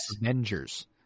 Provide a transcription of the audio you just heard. Avengers